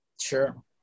Sure